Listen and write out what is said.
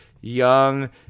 young